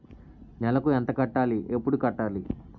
నెలకు ఎంత కట్టాలి? ఎప్పుడు కట్టాలి?